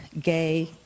gay